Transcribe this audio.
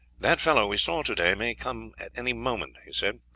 that fellow we saw today may come at any moment, he said.